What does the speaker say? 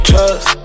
Trust